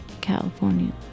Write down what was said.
California